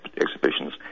exhibitions